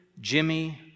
Jimmy